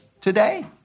today